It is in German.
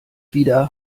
wieder